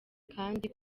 kandi